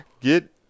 Get